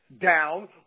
down